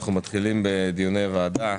אנחנו מתחילים בדיוני הוועדה.